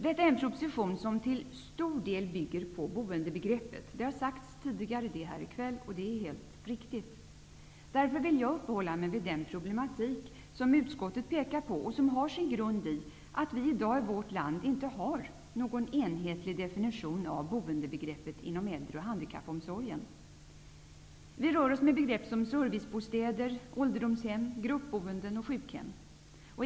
Detta är en proposition som till stor del bygger på boendebegreppet. Det har sagts tidigare i kväll, och det är helt riktigt. Därför vill jag uppehålla mig vid den problematik som utskottet pekar på och som har sin grund i att vi i dag i vårt land inte har någon enhetlig definition av boendebegreppet inom äldreoch handikappomsorgen. Vi rör oss med begrepp som servicebostäder, ålderdomshem, gruppboende och sjukhem.